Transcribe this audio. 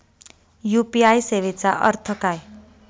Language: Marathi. यू.पी.आय सेवेचा अर्थ काय?